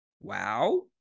Wow